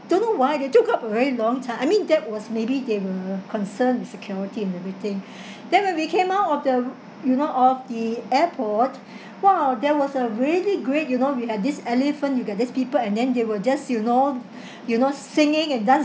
don't know why they took up a very long time I mean that was maybe they were concerned with security and everything then when we came out of the r~ you know of the airport !wah! there was a really great you know we have this elephant you got these people and then they will just you know you know singing and dancing